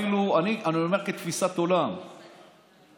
אני אומר שכתפיסת עולם,